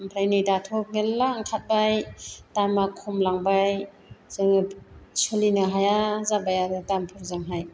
ओमफ्राय नै दाथ' मेरला ओंखारबाय दामआ खमायलांबाय जोङो सोलिनो हाया जाबाय आरो दामफोरजोंहाय